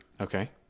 okay